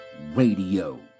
Radio